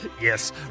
Yes